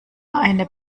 eine